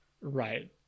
right